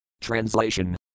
Translation